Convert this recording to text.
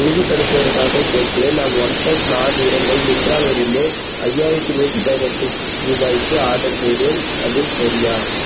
உறுதிப்படுத்துவதற்காக கேட்கிறேன் நான் one plus Nord இரண்டை மிந்த்ராலிருந்து ஐயாயிரத்தி நூற்றி பதினெட்டு ரூபாய்க்கு ஆர்டர் செய்தேன் அது சரியா